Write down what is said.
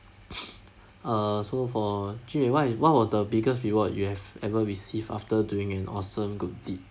uh so for jun wei what is what was the biggest reward you have ever received after doing an awesome good deed